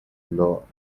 law